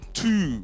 two